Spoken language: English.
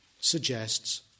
suggests